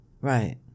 Right